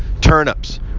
turnips